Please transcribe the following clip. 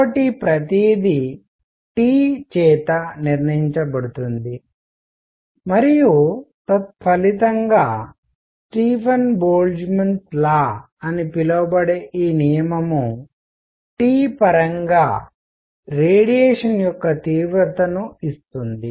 కాబట్టి ప్రతిదీ T చేత నిర్ణయించబడుతుంది మరియు తత్ఫలితంగా స్టీఫన్ బోల్ట్జ్మాన్ లా అని పిలువబడే ఈ నియమం T పరంగా రేడియేషన్ యొక్క తీవ్రతను ఇస్తుంది